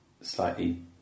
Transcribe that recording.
slightly